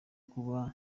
kuba